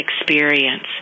experience